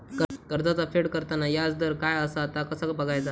कर्जाचा फेड करताना याजदर काय असा ता कसा बगायचा?